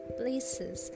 places